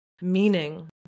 meaning